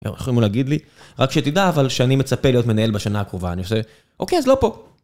יכולים להגיד לי, רק שתדע אבל שאני מצפה להיות מנהל בשנה הקרובה, אוקיי אז לא פה.